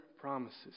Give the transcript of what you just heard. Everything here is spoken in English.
promises